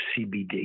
CBD